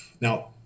Now